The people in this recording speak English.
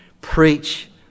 Preach